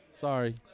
Sorry